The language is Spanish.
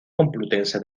complutense